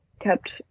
kept